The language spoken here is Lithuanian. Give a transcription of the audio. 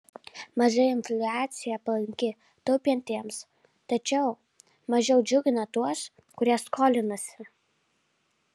maža infliacija palanki taupantiems tačiau mažiau džiugina tuos kurie skolinasi